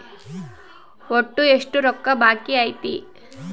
ಒಟ್ಟು ಎಷ್ಟು ರೊಕ್ಕ ಬಾಕಿ ಐತಿ?